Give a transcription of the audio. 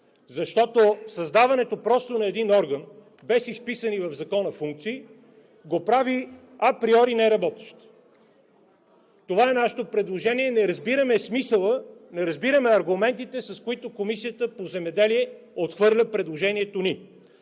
защото създаването просто на един орган, без изписани в Закона функции, го прави априори неработещ. Това е нашето предложение. Не разбираме смисъла, не разбираме аргументите, с които Комисията по земеделието и храните отхвърля предложението ни.